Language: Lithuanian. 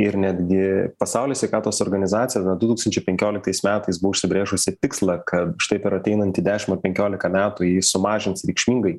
ir netgi pasaulio sveikatos organizacija du tūkstančiai penkioliktais metais buvo užsibrėžusi tikslą kad štai per ateinantį dešimt ar penkiolika metų ji sumažins reikšmingai